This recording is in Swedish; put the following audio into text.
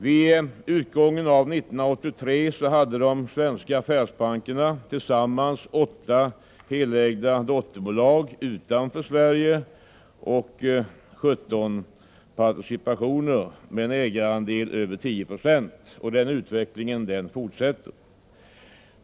Vid utgången av 1983 hade de svenska affärsbankerna tillsammans 8 helägda dotterbolag utanför Sverige och 17 participationer med en ägarandel över 10 96. Och den utvecklingen fortsätter.